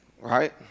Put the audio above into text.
Right